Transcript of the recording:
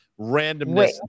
randomness